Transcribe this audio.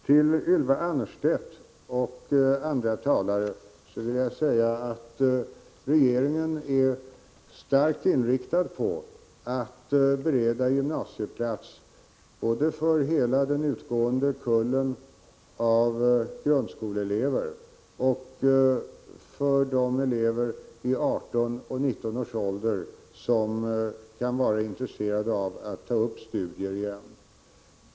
Till Ylva Annerstedt och andra talare vill jag säga att regeringen är starkt inriktad på att bereda gymnasieplats både för hela den utgående kullen av grundskoleelever och för de elever i 18 och 19 års ålder som kan vara intresserade av att ta upp studier igen.